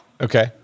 Okay